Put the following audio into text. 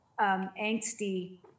angsty